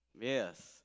Yes